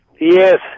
yes